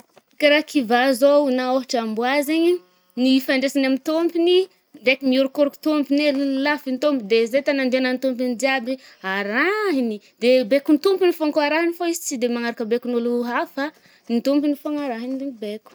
Karaha kivà zao na ôhatra amboa zaigny ny ifandraisany amy tômpiny ndraiky ny orokôroko tômpiny e, lelafiny ny tômpiny de zay tany andehanan’ny tômpiny jiaby arahiny. De baikon’ny tompony fôgna kô arahiny fô izy tsy de manaraka baikon’ôlo hafa. Ny tompony fôgna arahiny ndray mibaiko.